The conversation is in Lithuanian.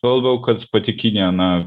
tuo labiau kad pati kinija na